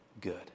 good